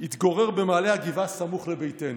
התגורר במעלה הגבעה סמוך לביתנו.